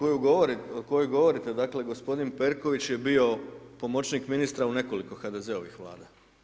Osoba o kojoj govorite, dakle, gospodin Perković je bio pomoćnik ministra u nekoliko HDZ-ovih Vlada.